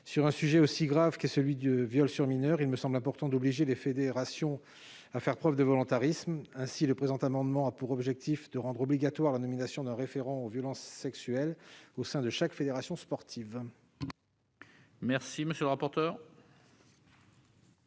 Sur un sujet aussi grave que celui des viols sur mineurs, il me semble important d'obliger les fédérations à faire preuve de volontarisme. Ainsi, le présent amendement tend à rendre obligatoire la nomination d'un référent aux violences sexuelles au sein de chaque fédération sportive. Quel est l'avis de